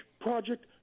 project